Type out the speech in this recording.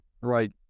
right